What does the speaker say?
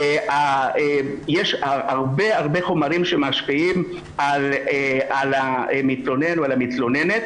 יש הרבה חומרים שמשפיעים על המתלונן או על המתלוננת